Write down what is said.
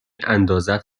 اندازت